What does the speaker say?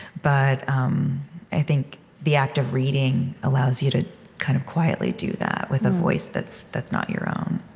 but um i think the act of reading allows you to kind of quietly do that with a voice that's that's not your own